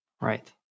Right